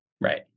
Right